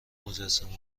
مجسمه